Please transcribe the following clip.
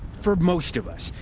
for most of us,